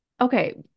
okay